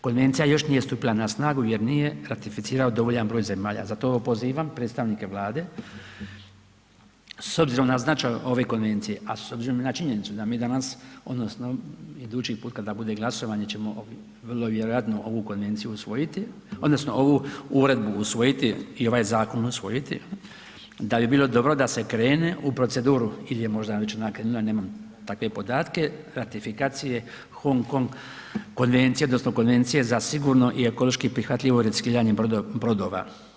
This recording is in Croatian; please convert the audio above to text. Konvencija još nije stupila na snagu jer nije ratificirao dovoljan broj zemalja, zato pozivam predstavnike Vlade, s obzirom na značaj ove konvencije, a s obzirom i na činjenicu da mi danas odnosno idući put kada bude glasovanje ćemo vrlo vjerojatno ovu konvenciju usvojiti odnosno ovu uredbu usvojiti i ovaj zakon usvojiti, da bi bilo dobro da se krene u proceduru ili je možda već ona krenila, nemam takve podatke, ratifikacije Hong Kong Konvencije odnosno Konvencije za sigurno i ekološki prihvatljivo recikliranje brodova.